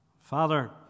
Father